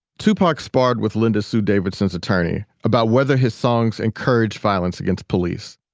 tupac sparred with linda sue davidson's attorney about whether his songs encouraged violence against police.